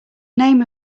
name